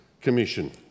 commission